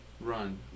run